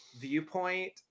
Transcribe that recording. viewpoint